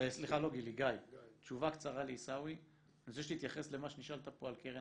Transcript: אני רוצה שתתייחס למה שנשאלת על קרן